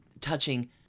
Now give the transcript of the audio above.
touching